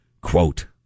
Quote